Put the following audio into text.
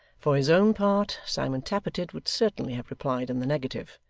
for his own part, simon tappertit would certainly have replied in the negative,